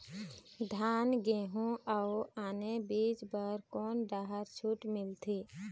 धान गेहूं अऊ आने बीज बर कोन डहर छूट मिलथे?